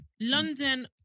London